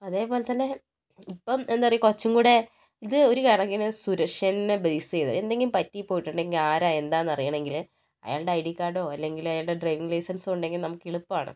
അതേപോലെതന്നെ ഇപ്പം എന്താ പറയാ കുറച്ചുംകൂടെ ഇതൊരുകണക്കിന് സുരക്ഷേനെ ബേസ് ചെയ്താണ് എന്തെങ്കിലും പറ്റിപ്പോയിട്ടുണ്ടെങ്കിൽ ആരാ എന്താന്ന് അറിയണമെങ്കിൽ അയാളുടെ ഐ ഡി കാർഡോ അല്ലെങ്കിൽ അയാളുടെ ഡ്രൈവിംഗ് ലൈസൻസോ ഉണ്ടെങ്കിൽ നമുക്ക് എളുപ്പമാണ്